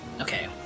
Okay